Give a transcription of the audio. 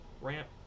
ramp